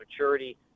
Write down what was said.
maturity